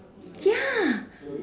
ya